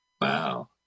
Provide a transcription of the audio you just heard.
Wow